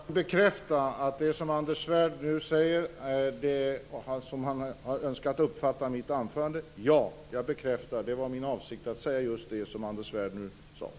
Herr talman! Jag kan bekräfta det som Anders Svärd nu säger om hur han uppfattat mitt anförande. Jag bekräftar att det var min avsikt att säga just det som Anders Svärd nu sade.